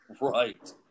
Right